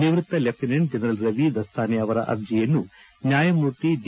ನಿವ್ಯತ್ತ lieutenant general Ravi Dasnane ಅವರ ಅರ್ಜಿಯನ್ನು ನ್ನಾಯಮೂರ್ತಿ ಡಿ